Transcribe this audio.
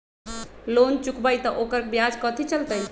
Loan चुकबई त ओकर ब्याज कथि चलतई?